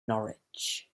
norwich